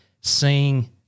seeing